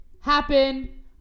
happen